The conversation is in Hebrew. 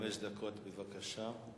חמש דקות בבקשה.